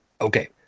Okay